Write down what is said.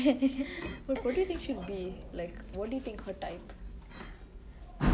who do you think she will be like what do you think her type